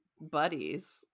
buddies